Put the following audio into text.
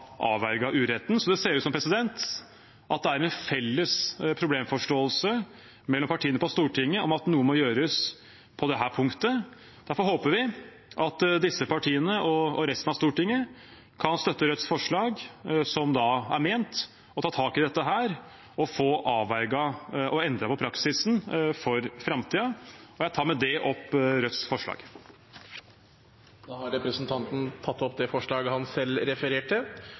uretten, så det ser ut til at det er en felles problemforståelse mellom partiene på Stortinget om at noe må gjøres på dette punktet. Derfor håper vi at disse partiene og resten av Stortinget kan støtte Rødt forslag som er ment å ta tak i dette og få endret praksisen for framtiden. Jeg tar med det opp Rødts forslag. Representanten Bjørnar Moxnes har tatt opp det forslaget han refererte